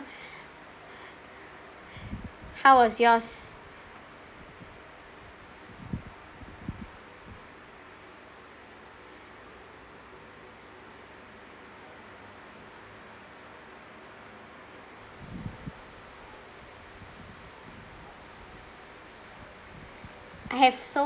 how was yours I have so